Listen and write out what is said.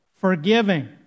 forgiving